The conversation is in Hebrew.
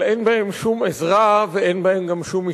אבל אין בהם שום עזרה ואין בהם גם שום משפט.